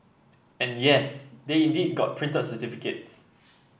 and yes they indeed got printed certificates